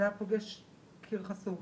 זה היה פוגש קיר חסום.